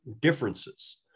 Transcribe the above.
differences